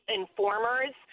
informers